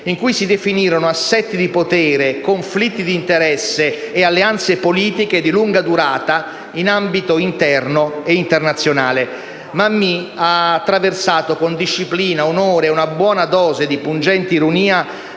in cui si definirono assetti di potere, conflitti di interesse e alleanze politiche di lunga durata in ambito interno ed internazionale. Mammì ha attraversato con disciplina, onore e una buona dose di pungente ironia